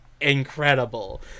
incredible